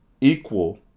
equal